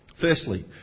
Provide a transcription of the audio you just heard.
Firstly